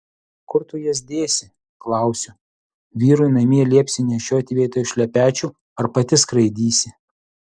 kur tu jas dėsi klausiu vyrui namie liepsi nešioti vietoj šlepečių ar pati skraidysi